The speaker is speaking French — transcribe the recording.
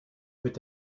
peut